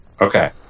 Okay